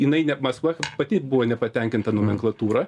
jinai ne maskva kaip pati buvo nepatenkinta nomenklatūra